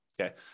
okay